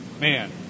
man